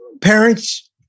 Parents